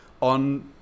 on